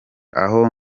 aho